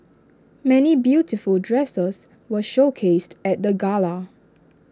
many beautiful dresses were showcased at the gala